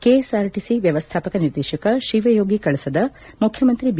KSRTC ವ್ಯವಸ್ಥಾಪಕ ನಿರ್ದೇಶಕ ಶಿವಯೋಗಿ ಕಳಸದ ಮುಖ್ಚಮಂತ್ರಿ ಬಿ